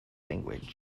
language